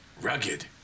Rugged